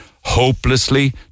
hopelessly